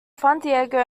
fandango